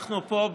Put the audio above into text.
אנחנו פה,